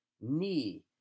knee